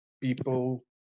people